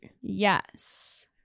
Yes